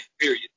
period